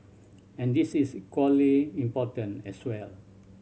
and this is equally important as well